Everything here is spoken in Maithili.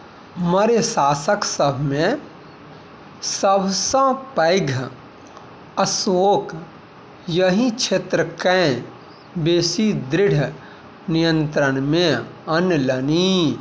मौर्य शासक सभमे सभसँ पैघ अशोक एहि क्षेत्रकेँ बेसी दृढ़ नियन्त्रणमे अनलनि